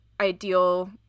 ideal